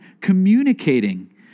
communicating